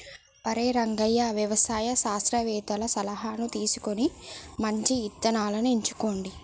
ఒరై రంగయ్య వ్యవసాయ శాస్త్రవేతల సలహాను తీసుకొని మంచి ఇత్తనాలను ఎంచుకోండి